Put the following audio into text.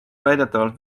väidetavalt